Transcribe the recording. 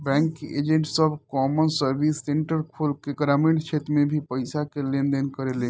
bank के agent सब common service centre खोल के ग्रामीण क्षेत्र में भी पईसा के लेन देन करेले